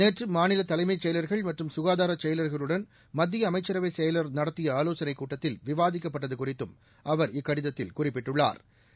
நேற்று மாநில தலைமைச் செயலாளா்கள் மற்றும் சுகாதாரச் செயலா்களுடன் மத்திய அமைச்சரவை செயலர் நடத்திய ஆலோசனைக் கூட்டத்தில் விவாதிக்கப்பட்டது குறித்தும் அவர் இக்கடிதத்தில் குறிப்பிட்டுள்ளாா்